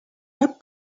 web